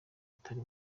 atari